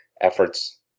efforts